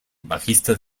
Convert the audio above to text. bajista